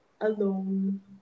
alone